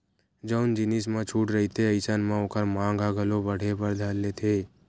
जउन जिनिस म छूट रहिथे अइसन म ओखर मांग ह घलो बड़हे बर धर लेथे